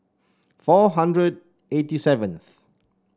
four hundred eighty seventh